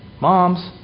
moms